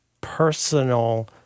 personal